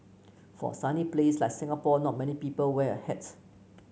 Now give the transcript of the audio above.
for a sunny place like Singapore not many people wear a hat